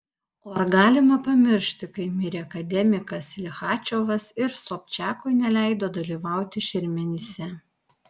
o ar galima pamiršti kai mirė akademikas lichačiovas ir sobčiakui neleido dalyvauti šermenyse